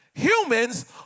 Humans